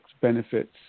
benefits